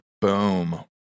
Boom